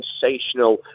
sensational